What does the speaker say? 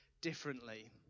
differently